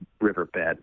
riverbed